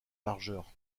largeur